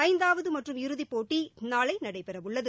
ஐந்தாவது மற்றும் இறுதிப் போட்டி நாளை நடைபெறவுள்ளது